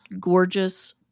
gorgeous